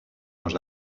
n’ont